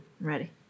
Ready